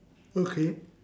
okay